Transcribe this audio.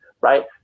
right